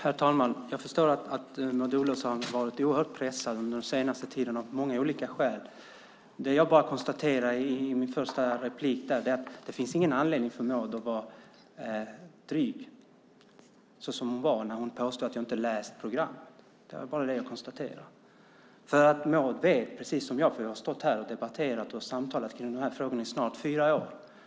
Fru talman! Jag förstår att Maud Olofsson har varit oerhört pressad under den senaste tiden av många olika skäl. Jag konstaterade i mitt första inlägg att det inte finns anledning för Maud att vara dryg, som hon var när hon påstod att jag inte har läst programmet. Vi har debatterat och samtalat om denna fråga i snart fyra år.